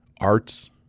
arts